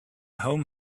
home